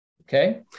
Okay